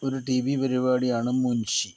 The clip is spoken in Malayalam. ഒരു ടി വി പരിവാടിയാണ് മുൻഷി